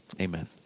Amen